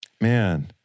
man